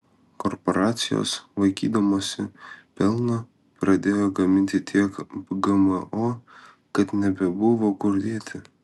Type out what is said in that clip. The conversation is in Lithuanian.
korporacijos vaikydamosi pelno pradėjo gaminti tiek gmo kad nebebuvo kur dėti